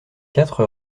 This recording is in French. quatre